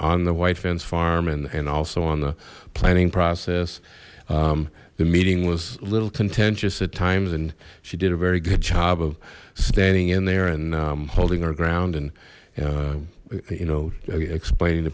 on the white fence farm and also on the planning process the meeting was little contentious at times and she did a very good job of standing in there and holding her ground and you know explain